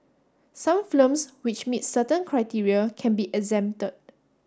some films which meet certain criteria can be exempted